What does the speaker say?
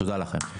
תודה לכם.